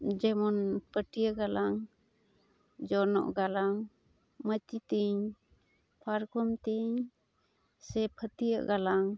ᱡᱮᱢᱚᱱ ᱯᱟᱹᱴᱤᱭᱟᱹ ᱜᱟᱞᱟᱝ ᱡᱚᱱᱚᱜ ᱜᱟᱞᱟᱝ ᱢᱟᱹᱪᱤ ᱛᱮᱧ ᱯᱟᱨᱠᱚᱢ ᱛᱮᱧ ᱥᱮ ᱯᱷᱟᱛᱭᱟᱹᱜ ᱜᱟᱞᱟᱝ